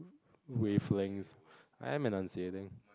wavelengths I am enunciating